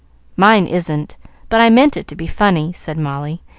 mine isn't but i meant it to be funny, said molly,